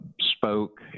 spoke